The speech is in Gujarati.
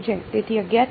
તેથી અજ્ઞાત છે